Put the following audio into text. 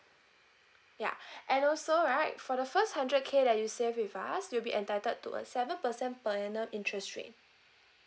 ya and also right for the first hundred k that you save with us you'll be entitled to a seven percent per annum interest rate